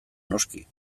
noski